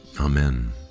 Amen